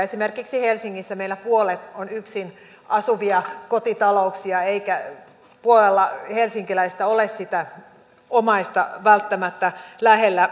esimerkiksi helsingissä meillä puolet on yksinasuvien kotitalouksia eikä puolella helsinkiläisistä ole sitä omaista välttämättä lähellä